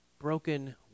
broken